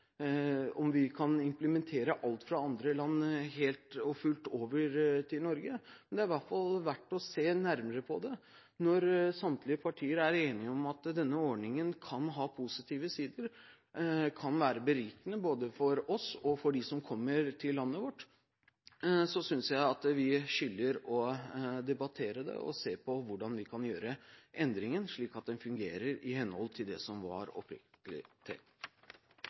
vi kan implementere alt fra andre land helt og fullt her i Norge, men det er i hvert fall verdt å se nærmere på det. Når samtlige partier er enige om at denne ordningen kan ha positive sider, at den kan være berikende både for oss og for dem som kommer til landet vårt, synes jeg at vi skylder å debattere det og se på hvordan vi kan gjøre endringer, slik at ordningen fungerer i henhold til hvordan den opprinnelig var tenkt. Jeg vil også benytte anledningen til